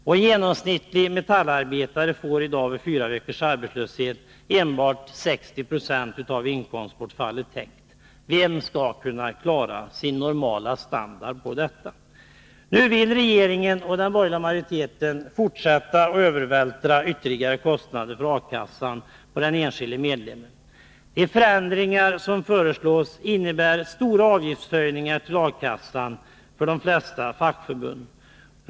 För en genomsnittlig metallarbetare täcks i dag enbart 60 26 av inkomstbortfallet vid fyra veckors arbetslöshet. Vem skall kunna klara sin normala standard på det? Nu vill regeringen och den borgerliga majoriteten fortsätta att övervältra ytterligare kostnader för A-kassan på den enskilde medlemmen. De förändringar som föreslås innebär stora höjningar av avgiften till A-kassan för de flesta fackförbund.